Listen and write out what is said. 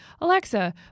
alexa